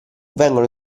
vengono